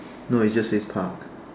no it just says park